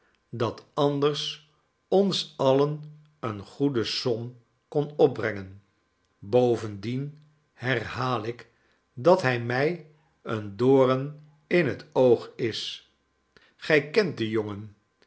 dat anders ons alien eene goede som kon opbrengen bovendien herhaal ik dat hij mij een doom in het oog is gij kent den jongen